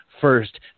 first